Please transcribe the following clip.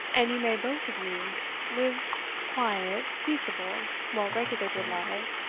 and you may both of you live quiet, peaceable, well-regulated lives,